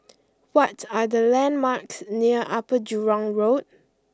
what are the landmarks near Upper Jurong Road